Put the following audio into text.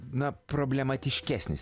na problematiškesnis